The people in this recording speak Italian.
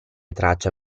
traccia